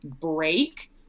break